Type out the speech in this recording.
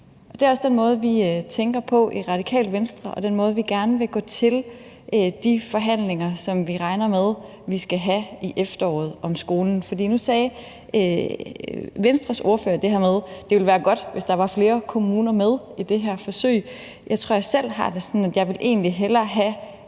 Det er også den måde, vi tænker på i Radikale Venstre, og den måde, vi gerne vil gå til de forhandlinger, som vi regner med vi skal have i efteråret om skolen. Nu sagde Venstres ordfører det her med, at det ville være godt, hvis der var flere kommuner med i det her forsøg. Jeg tror, at jeg selv har det sådan, at jeg egentlig hellere ville